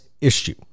issue